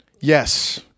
Yes